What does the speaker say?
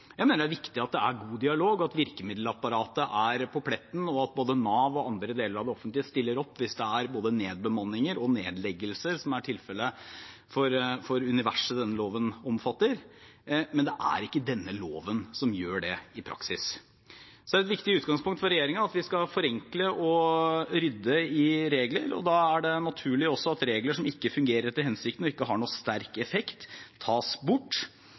at både Nav og andre deler av det offentlige stiller opp hvis det er nedbemanninger og nedleggelser, som er tilfellet for det universet denne loven omfatter, men det er ikke denne loven som gjør det i praksis. Det er et viktig utgangspunkt for regjeringen at vi skal forenkle og rydde i regler, og da er det også naturlig at regler som ikke fungerer etter hensikten og ikke har noen sterk effekt, tas bort.